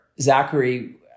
Zachary